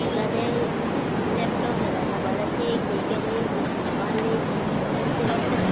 आतां तें लॅपटोप जाल्या मोबायलाचेर एक हें केली मारली तेन्ना ती रोखडे